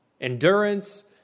Endurance